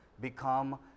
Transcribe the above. become